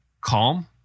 calm